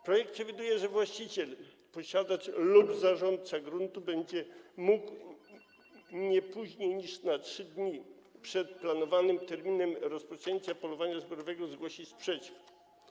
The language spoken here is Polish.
Projekt przewiduje, że właściciel, posiadacz lub zarządca gruntu będzie mógł nie później niż na 3 dni przed planowanym terminem rozpoczęcia polowania zbiorowego zgłosić sprzeciw.